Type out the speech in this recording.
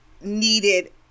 needed